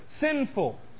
sinful